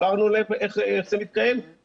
הסברנו להם איך זה מתקיים.